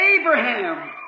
Abraham